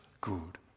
good